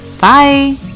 Bye